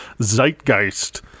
zeitgeist